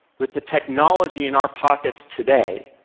with the technology in our pockets today,